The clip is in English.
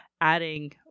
adding